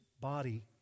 body